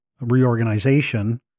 reorganization